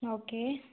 okay